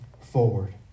forward